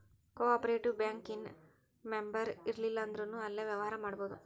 co operative bank ಇನ್ ಮೆಂಬರಿರ್ಲಿಲ್ಲಂದ್ರುನೂ ಅಲ್ಲೆ ವ್ಯವ್ಹಾರಾ ಮಾಡ್ಬೊದು